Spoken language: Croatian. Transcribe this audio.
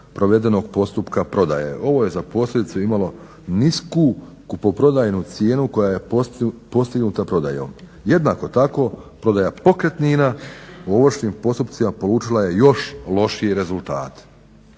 provedenog postupka prodaje. Ovo je za posljedicu imalo nisku kupoprodajnu cijenu koja je postignuta prodajom. Jednako tako, prodaja pokretnina u ovršnim postupcima poučila je još lošije rezultate.